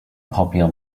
popular